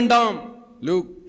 Luke